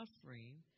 suffering